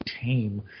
tame